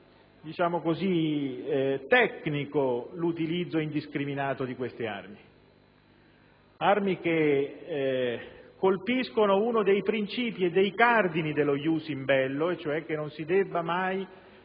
un profilo tecnico l'utilizzo indiscriminato di queste armi. Armi che colpiscono uno dei princìpi e dei cardini dello *ius in bello* e cioè che non si debba mai